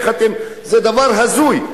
זה דבר הזוי.